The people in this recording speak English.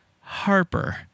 Harper